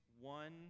one